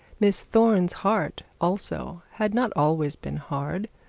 miss thorne's heart also had not always been hard,